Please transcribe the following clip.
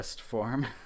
form